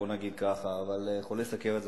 בוא נגיד ככה, אבל לחולה סוכרת במיוחד.